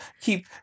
keep